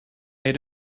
made